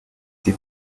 sie